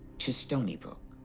to stony brook.